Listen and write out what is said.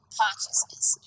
consciousness